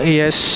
yes